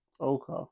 Okay